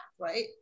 right